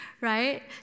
right